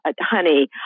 honey